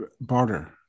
barter